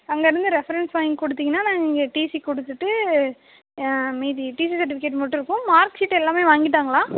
அங்கேருந்து ரெஃபரென்ஸ் வாங்கி கொடுத்திங்கன்னா நாங்கள் இங்கே டீசி கொடுத்துட்டு மீதி டீசி சர்ட்டிவிகேட் மட்டும் இருக்கும் மார்க் ஷீட் எல்லாமே வாங்கிட்டாங்களா